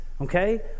okay